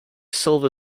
silver